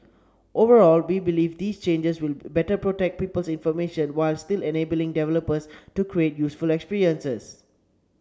overall we believe these changes will better protect people's information while still enabling developers to create useful experiences